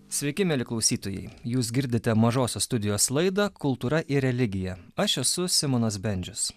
sveiki mieli klausytojai jūs girdite mažosios studijos laidą kultūra ir religija aš esu simonas bendžius